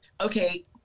okay